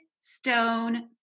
stone